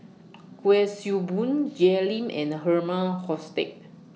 Kuik Swee Boon Jay Lim and Herman Hochstadt